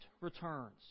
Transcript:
returns